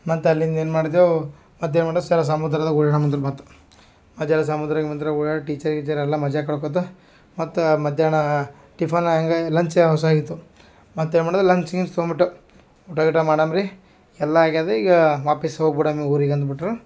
ಮತ್ತು ಅಲ್ಲಿಂದ ಏನ್ ಮಾಡ್ದೇವು ಮತ್ತು ಏನು ಮಾಡ್ದೇವು ಸರಿ ಸಮುದ್ರದಾಗೆ ಓಡ್ಯಾಡೋಣ ಅಂದ್ರೆ ಮತ್ತು ಅದು ಎಲ್ಲ ಸಮುದ್ರ ಗಿಮುದ್ರ ಓಡಾಡಿ ಟೀಚರ್ ಗೀಚೆರ್ ಎಲ್ಲ ಮಜಾಕ್ ಆಡ್ಕೋತ ಮತ್ತು ಮಧ್ಯಾಹ್ನ ಟಿಫ್ಫೆನ್ ಹಂಗೆ ಲಂಚ್ ಹಸಿವೆಯಾಗಿತ್ತು ಮತ್ತು ಏನ್ ಮಾಡೋದು ಲಂಚ್ ಗಿಂಚ್ ತೊಗೊಂಬಿಟ್ಟೇವು ಊಟ ಗೀಟ ಮಾಡೋಣ್ ರೀ ಎಲ್ಲ ಆಗಿದೆ ಈಗ ವಾಪಸ್ ಹೋಗ್ಬುಡಮ್ಮಿ ಊರಿಗೆ ಅಂದುಬಿಟ್ರು